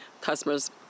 customers